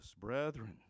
Brethren